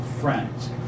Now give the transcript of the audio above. friends